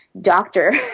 doctor